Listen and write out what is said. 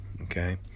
okay